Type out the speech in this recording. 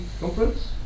conference